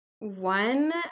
One